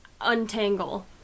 untangle